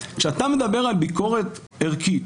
כשאתה מדבר על ביקורת ערכית,